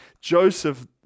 Joseph